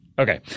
Okay